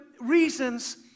reasons